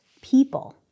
people